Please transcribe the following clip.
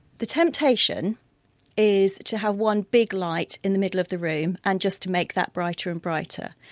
the temptation is to have one big light in the middle of the room and just to make that brighter and brighter.